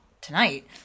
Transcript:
tonight